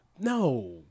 no